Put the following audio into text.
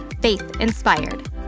faith-inspired